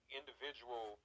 individual